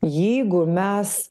jeigu mes